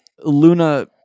Luna